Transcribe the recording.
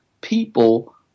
people